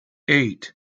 eight